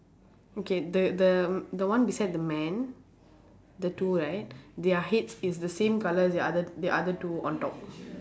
okay the the the one beside the man the two right their heads is the same colour as the other the other two on top